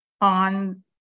on